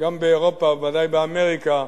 גם באירופה וודאי באמריקה,